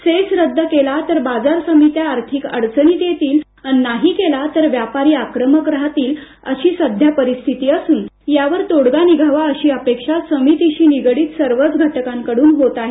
cess रद्द केला तर बाजार समित्या आर्थिक अडचणीत येतील अन् नाही केला तर व्यापारी आक्रमक राहतील सध्या परिस्थितीत असून यावर तोडगा निघावा अशी अपेक्षा समितीशी निगडित सर्वच घटकाकडून होत आहे